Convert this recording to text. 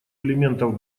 элементов